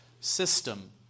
system